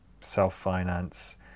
self-finance